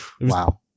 wow